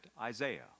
Isaiah